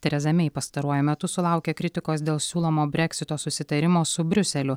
tereza mei pastaruoju metu sulaukia kritikos dėl siūlomo breksito susitarimo su briuseliu